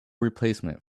replacement